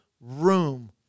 room